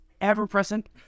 ever-present